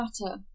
matter